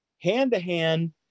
hand-to-hand